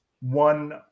one